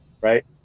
right